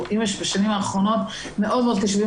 אנחנו בשנים האחרונות מאוד מאוד קשובים